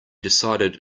decided